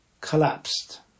collapsed